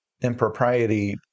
impropriety